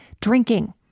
drinking